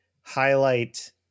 highlight